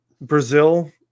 Brazil